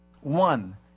One